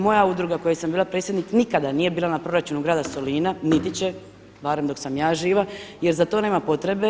Moja udruga u kojoj sam bila predsjednik nikada nije bila na proračunu grada Solina, niti će, barem dok sam ja živa jer za to nema potrebe.